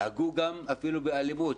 הם נהגו אפילו באלימות.